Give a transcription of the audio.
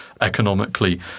economically